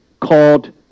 called